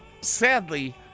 sadly